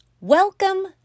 Welcome